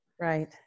Right